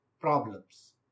problems